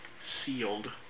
sealed